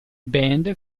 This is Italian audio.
band